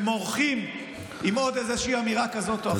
ומורחים עם עוד איזושהי אמירה כזאת או אחרת.